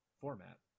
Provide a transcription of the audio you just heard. format